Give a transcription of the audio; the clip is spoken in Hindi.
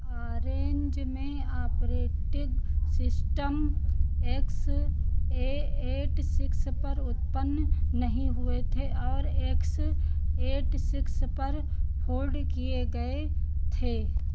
ऑरेंज में operating system X A eight six पर उत्पन्न नहीं हुए थे और एक्स एट सिक्स पर होल्ड किए गए थे